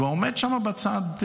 ועומד שם בצד אברך,